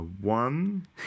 one